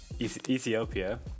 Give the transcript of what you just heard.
Ethiopia